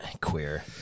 Queer